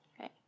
okay